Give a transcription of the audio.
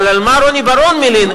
אבל על מה רוני בר-און מלין?